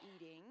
eating